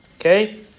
okay